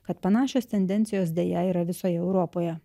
kad panašios tendencijos deja yra visoje europoje